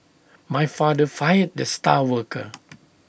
my father fired the star worker